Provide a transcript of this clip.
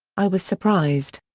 i was surprised.